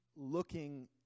looking